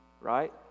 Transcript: right